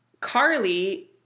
Carly